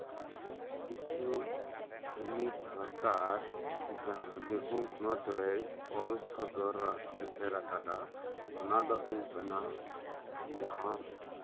ᱠᱤᱪᱷᱩ ᱛᱷᱟᱱᱤᱛ ᱥᱚᱨᱠᱟᱨ ᱡᱟᱸᱦᱟ ᱵᱤᱨᱵᱷᱩᱢ ᱦᱚᱱᱚᱛ ᱨᱮᱭ ᱚᱞ ᱥᱚᱫᱚᱨ ᱮᱥᱮᱨ ᱟᱠᱟᱫᱟ ᱚᱱᱟ ᱫᱚ ᱦᱩᱭᱩᱜ ᱠᱟᱱᱟ ᱡᱟᱸᱦᱟ